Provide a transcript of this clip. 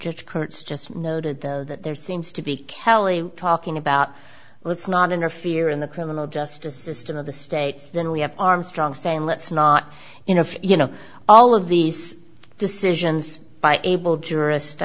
though that there seems to be kelly talking about let's not interfere in the criminal justice system of the states then we have armstrong saying let's not you know if you know all of these decisions by able jurist i